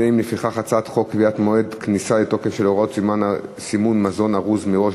חוק קביעת מועד כניסה לתוקף של הוראות סימון מזון ארוז מראש,